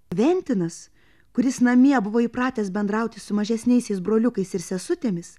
kventinas kuris namie buvo įpratęs bendrauti su mažesniaisiais broliukais ir sesutėmis